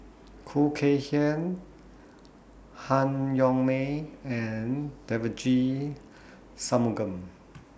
Khoo Kay Hian Han Yong May and Devagi Sanmugam